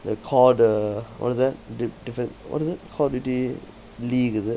they call the what is that the the what is it call of duty league is it